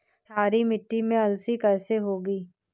क्षारीय मिट्टी में अलसी कैसे होगी?